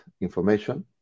information